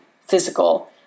physical